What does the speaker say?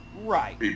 right